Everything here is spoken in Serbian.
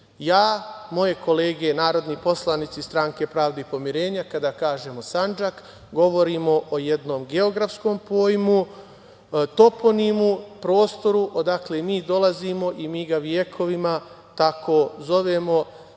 mržnju. Moje kolege narodni poslanici i ja kada kažemo Sandžak govorimo o jednom geografskom pojmu, toponimu, prostoru odakle mi dolazimo i mi ga vekovima tako zovemo,